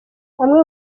amwe